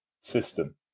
system